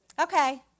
Okay